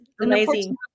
amazing